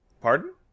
Pardon